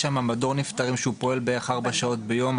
יש שם מדור נפטרים שפועל בערך ארבע שעות ביום,